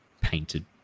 painted